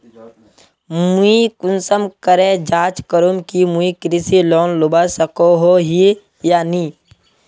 मुई कुंसम करे जाँच करूम की मुई कृषि लोन लुबा सकोहो ही या नी?